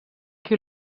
qui